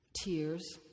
tears